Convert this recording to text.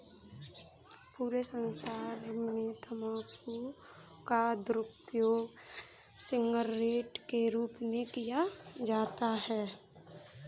पूरे संसार में तम्बाकू का दुरूपयोग सिगरेट के रूप में किया जाता है